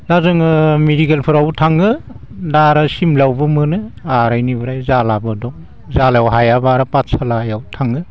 दा जोङो मिडिकेलफोरावबो थाङो दा आरो सिमलायावबो मोनो आर इनिफ्राय जालाबो दं जालायाव हायाब्ला आरो पाठसालायाव थाङो